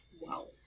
Wow